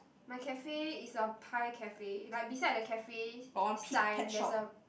my cafe is a pie cafe like beside the cafe sign there's a